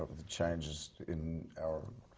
the changes in our,